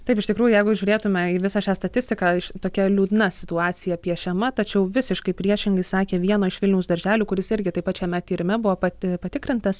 taip iš tikrųjų jeigu žiūrėtume į visą šią statistiką tokia liūdna situacija piešiama tačiau visiškai priešingai sakė vieno iš vilniaus darželių kuris irgi taip pat šiame tyrime buvo pat patikrintas